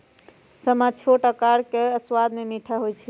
समा छोट अकार आऽ सबाद में मीठ होइ छइ